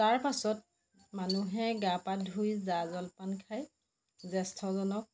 তাৰপাছত মানুহে গা পা ধুই জা জলপান খাই জ্যেষ্ঠজনক